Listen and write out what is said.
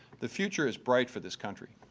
the future is bright for this country.